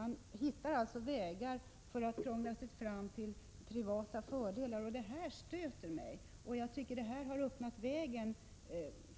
Man hittar alltså vägar att krångla sig fram till privata fördelar. Det stöter mig. Det har öppnat vägen